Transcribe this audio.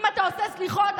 אם אתה עושה סליחות,